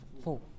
four